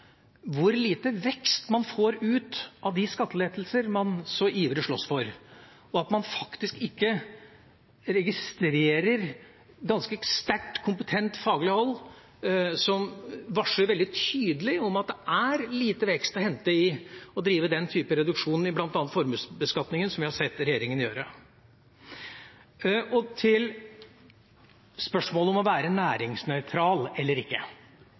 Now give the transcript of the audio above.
hvor lite vekst man får ut av de skattelettelser man så ivrig slåss for, og at man faktisk ikke registrerer at det fra ganske sterkt kompetent faglig hold veldig tydelig varsles at det er lite vekst å hente i å drive den type reduksjon i bl.a. formuesbeskatningen, som vi har sett regjeringa gjøre. Til spørsmålet om å være næringsnøytral eller ikke: